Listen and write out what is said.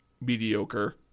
Mediocre